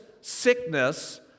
sickness